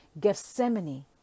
Gethsemane